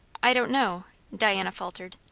i don't know diana faltered.